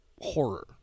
horror